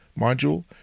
module